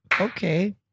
Okay